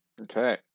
Okay